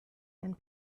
and